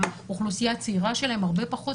גם האוכלוסייה הצעירה שלהם הרבה פחות